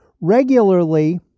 regularly